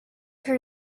her